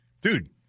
dude